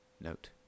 note